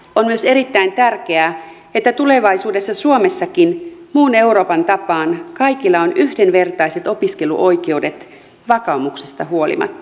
on myös erittäin tärkeää että tulevaisuudessa suomessakin muun euroopan tapaan kaikilla on yhdenvertaiset opiskeluoikeudet vakaumuksesta huolimatta